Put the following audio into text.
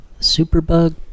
superbug